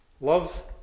Love